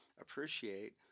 appreciate